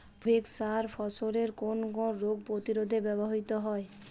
Provex সার ফসলের কোন কোন রোগ প্রতিরোধে ব্যবহৃত হয়?